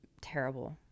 terrible